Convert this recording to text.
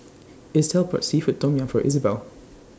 Itzel bought Seafood Tom Yum For Izabelle